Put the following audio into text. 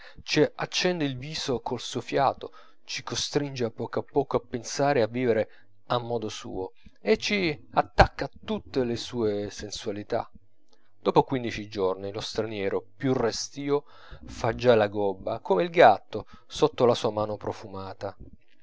ci accende il viso col suo fiato ci costringe a poco a poco a pensare e a vivere a modo suo e ci attacca tutte le sue sensualità dopo quindici giorni lo straniero più restio fa già la gobba come il gatto sotto la sua mano profumata